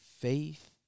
faith